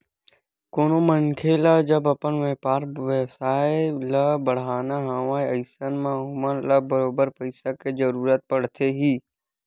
कोनो मनखे ल जब अपन बेपार बेवसाय ल बड़हाना हवय अइसन म ओमन ल बरोबर पइसा के जरुरत पड़थे ही